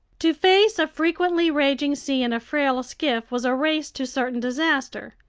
to face a frequently raging sea in a frail skiff was a race to certain disaster.